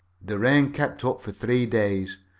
the rain kept up for three days,